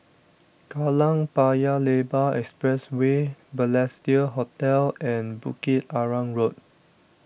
Kallang Paya Lebar Expressway Balestier Hotel and Bukit Arang Road